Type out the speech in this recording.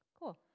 Cool